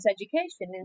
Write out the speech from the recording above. Education